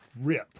rip